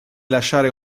lasciare